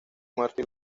muerto